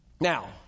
Now